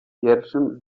pierwszym